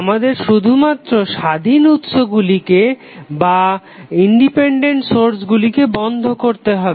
আমাদের শুধুমাত্র স্বাধীন উৎসগুলিকে বন্ধ করতে হবে